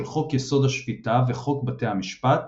של חוק יסוד השפיטה וחוק בתי המשפט